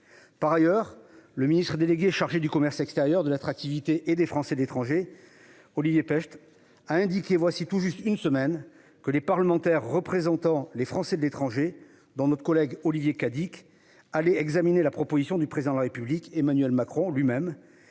Par ailleurs, le ministre délégué chargé du commerce extérieur, de l'attractivité et des Français de l'étranger, Olivier Becht, a indiqué il y a tout juste une semaine que les parlementaires représentant les Français de l'étranger, dont notre collègue Olivier Cadic, allaient examiner la proposition du Président de la République, Emmanuel Macron lui-même,